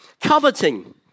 Coveting